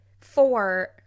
four